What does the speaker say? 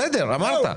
בסדר, אמרת.